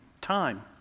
time